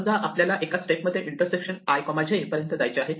समजा आपल्याला एका स्टेप मध्ये इंटरसेक्शन i j पर्यंत जायचे आहे